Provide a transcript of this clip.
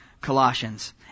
Colossians